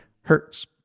Hertz